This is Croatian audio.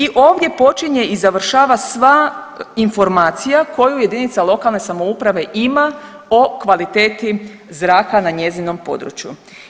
I ovdje počinje i završava sva informacija koju jedinica lokalne samouprave ima o kvaliteti zraka na njezinom području.